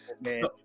man